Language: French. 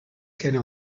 qu’elle